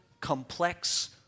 complex